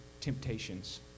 temptations